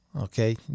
okay